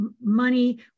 money